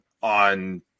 on